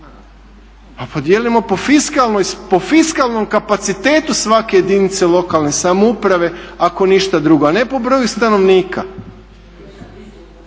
pa podijelimo po fiskalnom kapacitetu svake jedinice lokalne samouprave ako ništa drugo a ne po broju stanovnika.